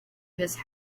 his